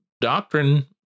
Doctrine